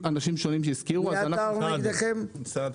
נגדכם?